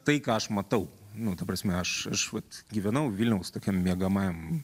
tai ką aš matau nu ta prasme aš aš vat gyvenau vilniaus tokiam miegamajam